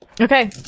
Okay